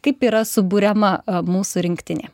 kaip yra suburiama mūsų rinktinė